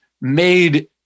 made